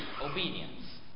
obedience